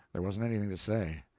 there wasn't anything to say.